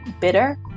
bitter